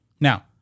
Now